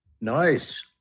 Nice